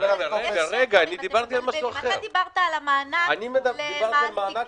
חבר הכנסת קושניר דיבר על המענק למעסיקים,